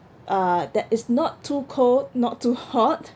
uh that is not too cold not too hot